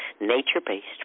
nature-based